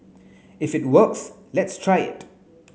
if it works let's try it